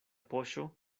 poŝo